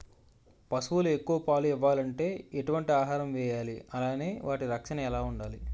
పశువులు ఎక్కువ పాలు ఇవ్వాలంటే ఎటు వంటి ఆహారం వేయాలి అలానే వాటి రక్షణ ఎలా వుండాలి?